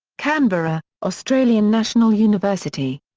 canberra australian national university.